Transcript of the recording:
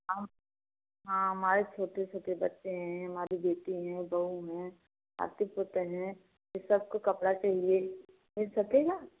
हम हाँ हमारे छोटे छोटे बच्चे हैं हमारी बेटी हैं बहू हैं नाती पोते हैं ये सबको कपड़ा चाहिए मिल सकेगा